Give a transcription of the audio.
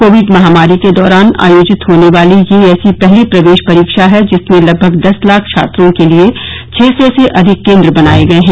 Covid महामारी के दौरान आयोजित होने वाली यह ऐसी पहली प्रवेश परीक्षा है जिसमें लगभग दस लाख छात्रों के लिए छह सौ से अधिक केंद्र बनाये गये हैं